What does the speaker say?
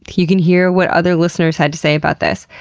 you can hear what other listeners had to say about this.